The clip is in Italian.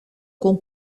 con